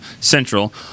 Central